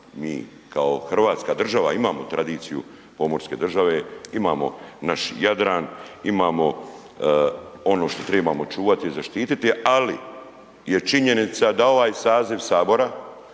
Mi kao hrvatska država imamo tradiciju pomorske države, imamo naš Jadran, imamo ono što trebamo čuvati i zaštiti, ali je činjenica da ovaj saziv Sabora